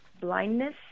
blindness